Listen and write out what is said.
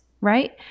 right